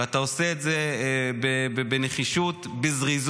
ואתה עושה את זה בנחישות ובזריזות,